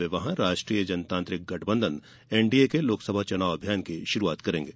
वे राष्ट्रीय जनतांत्रिक गठबंधन एन डी ए के लोकसभा चुनाव अभियान की शुरुआत करेंगे